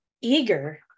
Eager